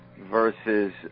versus